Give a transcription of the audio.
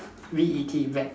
V E T vet